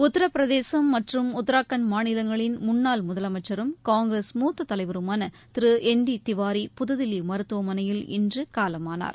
உத்திரபிரதேசும் மற்றும் உத்ராகண்ட் மாநிலங்களின் முன்னாள் முதலமைச்சரும் காங்கிரஸ் மூத்த தலைவருமான திரு என் டி திவாரி புதுதில்லி மருத்துவமனையில் இன்று காலமனார்